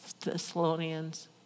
Thessalonians